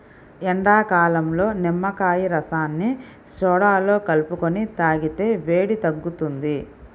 ఎండాకాలంలో నిమ్మకాయ రసాన్ని సోడాలో కలుపుకొని తాగితే వేడి తగ్గుతుంది